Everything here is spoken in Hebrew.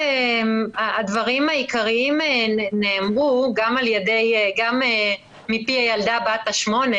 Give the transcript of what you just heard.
הדברים העיקריים נאמרו, גם מפי הילדה בת השמונה